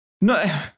no